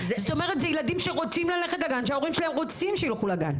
זאת אומרת שזה ילדים שרוצים ללכת לגן שההורים שלהם רוצים שילכו לגן.